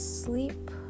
sleep